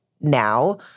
now